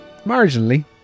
marginally